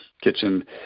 kitchen